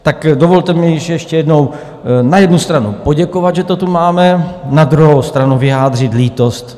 Tak mi dovolte ještě jednou na jednu stranu poděkovat, že to tu máme, na druhou stranu vyjádřit lítost.